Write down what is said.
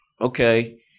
okay